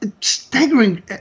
Staggering